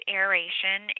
aeration